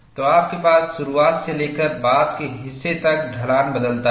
तो आपके पास शुरुआत से लेकर बाद के हिस्से तक ढलान बदलता है